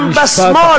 גם בשמאל,